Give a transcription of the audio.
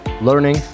learning